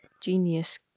genius